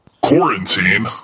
quarantine